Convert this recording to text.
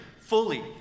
fully